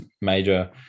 major